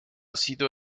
sido